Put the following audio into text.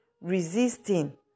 resisting